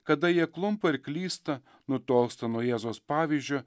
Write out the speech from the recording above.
kada jie klumpa ir klysta nutolsta nuo jėzaus pavyzdžio